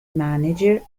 manager